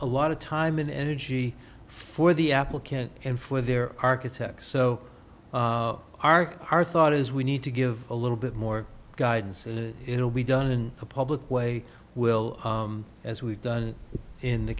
a lot of time and energy for the applicant and for their architects so are our thought is we need to give a little bit more guidance and it'll be done in a public way will as we've done in the